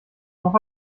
noch